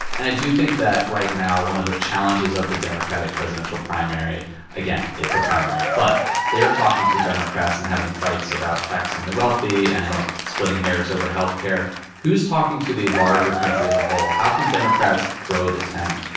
and i do think that right now one of the challenges of the democratic presidential primary again, it's a primary. but they're talking to democrats and having fights about taxing the wealthy. sure. and splitting hairs over health care who's talking to the larger country as a whole? how can democrats grow the tent?